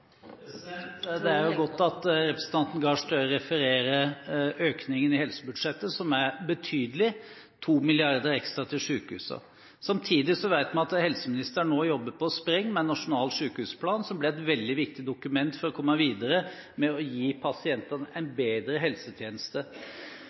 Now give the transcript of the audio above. Det er godt at representanten Gahr Støre refererer økningen i helsebudsjettet, som er betydelig – 2 mrd. kr ekstra til sykehusene. Samtidig vet vi at helseministeren nå jobber på spreng med en nasjonal sykehusplan, som blir et veldig viktig dokument for å komme videre med å gi pasientene en